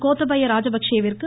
கோத்தபய ராஜபக்ஷே விற்கு